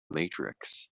matrix